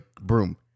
broom